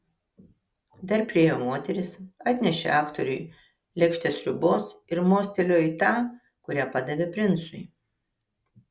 dar priėjo moteris atnešė aktoriui lėkštę sriubos ir mostelėjo į tą kurią padavė princui